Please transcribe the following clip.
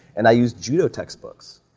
and i used judo textbooks,